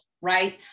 right